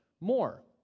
more